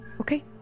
Okay